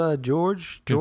George